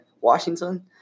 Washington